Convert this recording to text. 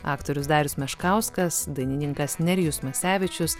aktorius darius meškauskas dainininkas nerijus masevičius